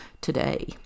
today